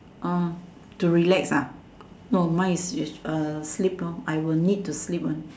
uh to relax ah no mine is is uh sleep lor I will need to sleep one